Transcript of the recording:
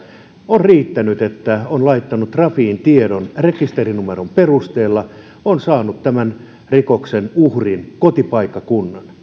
on riittänyt että on laittanut trafiin tiedon rekisterinumeron perusteella on saanut tämän rikoksen uhrin kotipaikkakunnan